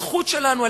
הזכות שלנו,